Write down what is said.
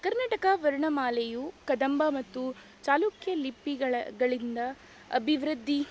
ಕರ್ನಾಟಕ ವರ್ಣಮಾಲೆಯು ಕದಂಬ ಮತ್ತು ಚಾಲುಕ್ಯ ಲಿಪಿಗಳ ಗಳಿಂದ ಅಭಿವೃದ್ಧಿ